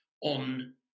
on